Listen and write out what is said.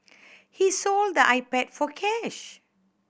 he sold the iPad for cash